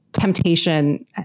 temptation